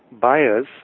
buyers